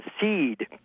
seed